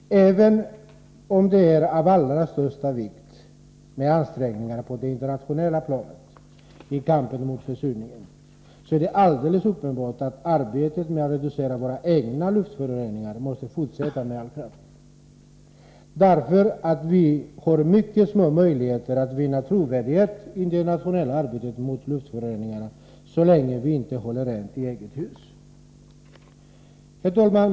Även om det är av allra största vikt att det görs ansträngningar på det internationella planet mot försurningen, är det alldeles uppenbart att arbetet med att reducera våra egna luftföroreningar måste fortsätta med all kraft. Vi har nämligen mycket små möjligheter att vinna trovärdighet i det internationella arbetet mot luftföroreningar så länge vi inte håller rent i eget hus. Herr talman!